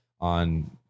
on